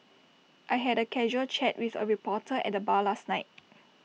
I had A casual chat with A reporter at the bar last night